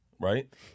Right